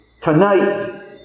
tonight